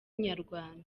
inyarwanda